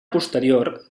posterior